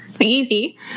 easy